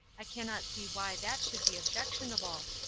i cannot see why that should be objectionable.